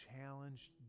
challenged